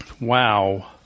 Wow